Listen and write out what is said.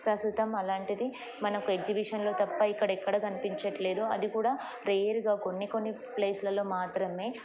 ప్రస్తుతం అలాంటిది మనకు ఎగ్జిబిషన్లో తప్ప ఇక్కడెక్కడ కనిపించట్లేదు అది కూడా రేర్గా కొన్ని కొన్ని ప్లేస్లలో మాత్రమే